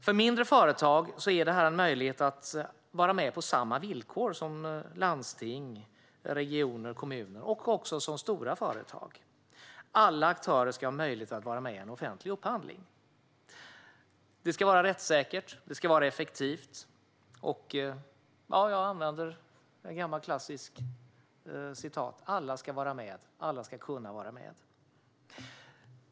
För mindre företag är detta en möjlighet att vara med på samma villkor som landsting, regioner, kommuner och även stora företag. Alla aktörer ska ha möjlighet att vara med i en offentlig upphandling. Det ska vara rättssäkert och effektivt. Jag använder ett gammalt klassiskt citat: Alla ska med. Alla ska kunna vara med.